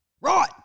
right